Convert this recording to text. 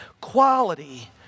quality